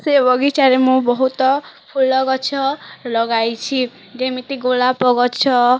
ସେ ବଗିଚାରେ ମୁଁ ବହୁତ ଫୁଲ ଗଛ ଲଗାଇଛି ଯେମିତି ଗୋଲାପ ଗଛ